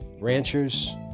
ranchers